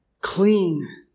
clean